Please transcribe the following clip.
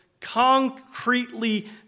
concretely